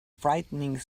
frightening